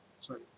sorry